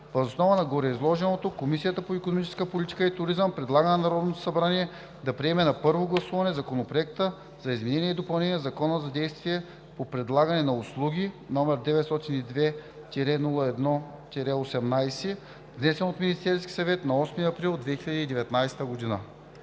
Въз основа на гореизложеното, Комисията по икономическа политика и туризъм предлага на Народното събрание да приеме на първо гласуване Законопроект за изменение и допълнение на Закона за дейностите по предоставяне на услуги, № 902-01-18, внесен от Министерския съвет на 8 април 2019 г.“